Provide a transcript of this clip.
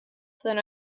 than